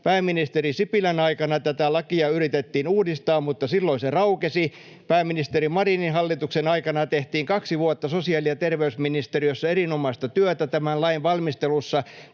Pääministeri Sipilän aikana tätä lakia yritettiin uudistaa, mutta silloin se raukesi. Pääministeri Marinin hallituksen aikana tehtiin kaksi vuotta sosiaali- ja terveysministeriössä erinomaista työtä tämän lain valmistelussa: